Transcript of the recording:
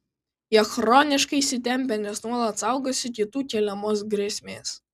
jie chroniškai įsitempę nes nuolat saugosi kitų keliamos grėsmės